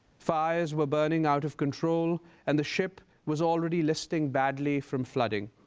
fires were burning out of control and the ship was already listing badly from flooding.